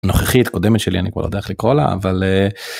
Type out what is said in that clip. נוכחית קודמת שלי אני כבר לא יודע לך לקרוא לה אבל.